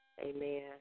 Amen